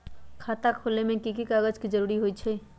खाता खोले में कि की कागज के जरूरी होई छइ?